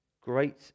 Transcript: great